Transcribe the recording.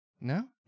No